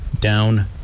down